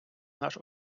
наш